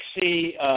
see